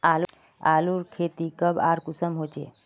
आलूर खेती कब आर कुंसम होचे?